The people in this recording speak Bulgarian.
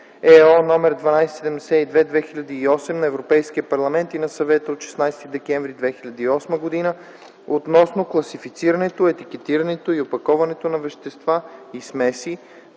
№ 1272/2008 на Европейския парламент и на Съвета от 16 декември 2008 г. относно класифицирането, етикетирането и опаковането на вещества и смеси